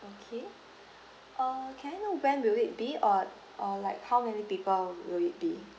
okay uh can I know when will it be uh uh like how many people will it be